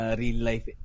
real-life